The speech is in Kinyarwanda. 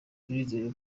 turizera